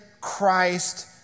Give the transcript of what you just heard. Christ